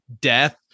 death